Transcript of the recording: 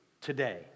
Today